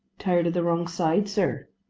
tired of the wrong side, sir.